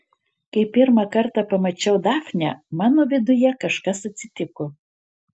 kai pirmą kartą pamačiau dafnę mano viduje kažkas atsitiko